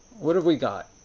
what have we got?